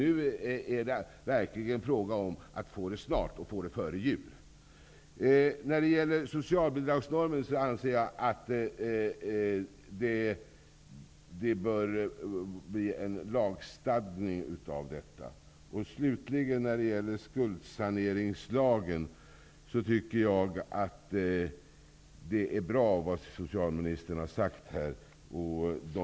Nu är det verkligen angeläget att få lagrådsremissen före jul. Jag anser att det bör bli en lagstadgning av socialbidragsnormen. Jag tycker att det socialministern har sagt om skuldsaneringslagen är bra.